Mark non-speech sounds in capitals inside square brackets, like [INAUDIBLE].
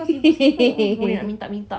[LAUGHS]